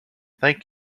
thank